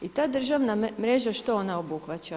I ta državna mreža, šta ona obuhvaća?